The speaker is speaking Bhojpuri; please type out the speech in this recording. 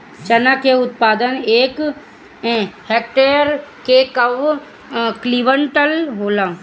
चना क उत्पादन एक हेक्टेयर में कव क्विंटल होला?